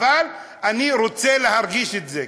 אבל אני רוצה להרגיש את זה,